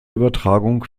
übertragung